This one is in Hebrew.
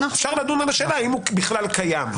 אפשר לדון בשאלה האם הוא בכלל קיים,